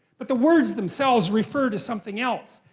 but the words themselves refer to something else.